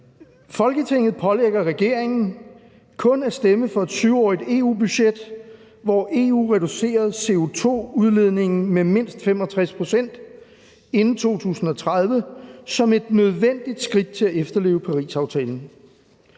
»Folketinget pålægger regeringen kun at stemme for et 7-årigt EU-budget, hvor EU reducerer CO2-udledningen med mindst 65 pct. inden 2030 som et nødvendigt skridt til at efterleve Parisaftalen.